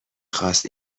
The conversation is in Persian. خواست